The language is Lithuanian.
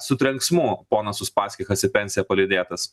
su trenksmu ponas uspaskichas į pensiją palydėtas